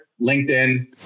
LinkedIn